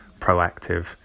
proactive